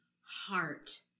heart